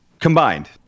combined